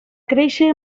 créixer